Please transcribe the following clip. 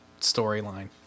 storyline